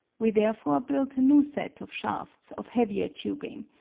we therefore built a new set of shafts of heavier tubing,